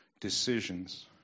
decisions